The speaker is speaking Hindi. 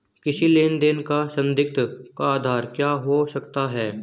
किसी लेन देन का संदिग्ध का आधार क्या हो सकता है?